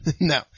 No